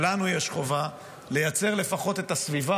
שלנו יש חובה לייצר לפחות את הסביבה